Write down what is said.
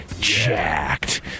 jacked